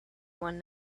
one